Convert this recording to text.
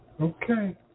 Okay